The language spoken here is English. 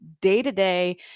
day-to-day